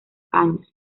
años